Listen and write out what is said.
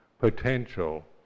potential